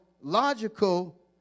logical